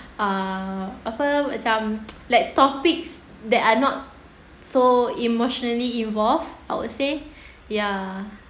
uh apa macam like topics that are not so emotionally involved I would say ya